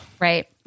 right